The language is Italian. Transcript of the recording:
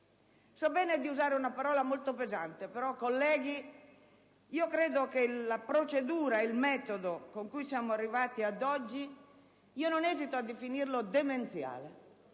So bene di utilizzare una parola molto pesante, ma, colleghi, la procedura e il metodo con cui siamo arrivati ad oggi non esito a definirli demenziali